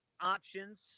options